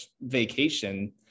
vacation